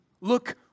look